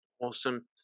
Awesome